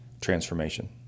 transformation